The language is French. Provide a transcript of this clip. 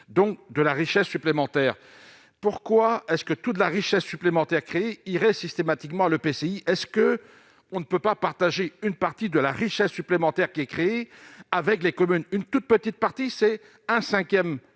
donc de la richesse supplémentaire, pourquoi est ce que toute la richesse supplémentaire créé irait systématiquement le PCI, est ce que on ne peut pas partager une partie de la richesse supplémentaire qui est créé avec les communes, une toute petite partie c'est un 5ème